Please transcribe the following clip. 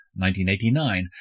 1989